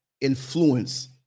influence